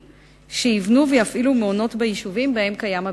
שיבנו ויפעילו מעונות ביישובים שבהם קיים הביקוש.